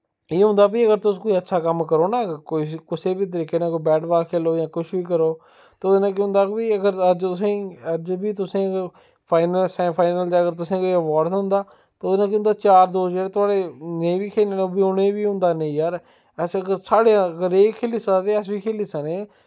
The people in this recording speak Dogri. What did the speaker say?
एह् होंदा भाई अगर तुस कोई अच्छा कम्म करो ना कुसै बी तरीकै नै कोई बैट बॉल खेढो जां किश बी करो ते ओह्दे केह् होंदा कि भाई अगर अज्ज तुसें ई अज्ज बी तुसें फाईनल च अगर तुसें किश अवार्ड थ्होंदा ते ओह्दे नै केह् होंदा यार दोस्त थुहाड़े नेईं बी खेढन फिर उ'नें होंदा नेईं यार साढ़े अगर एह् खेढी सकदे अल बी खेढी सकने